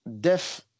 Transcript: Death